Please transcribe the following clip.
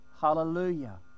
hallelujah